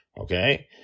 Okay